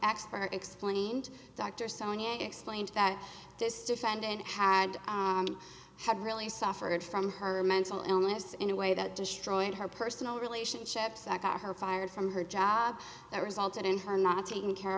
expert explained dr sonya explained that this defendant had had really suffered from her mental illness in a way that destroyed her personal relationships and got her fired from her job that resulted in her not taking care